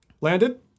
landed